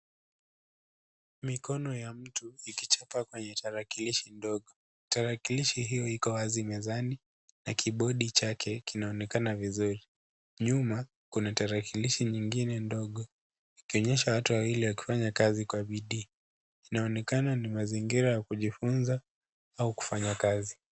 Mikono ya mtu, ikichapa kwenye tarakilishi ndogo, tarakilishi hii iko wazi mezani, na kibodi chake kinaonekana vizuri. Nyuma, kuna tarakilishi nyingine ndogo, ikionyesha watu wawili wakifanya kazi kwa bidii. Inaonekana ni mazingira ya kujifunza au kufanya kazi.